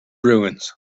ruins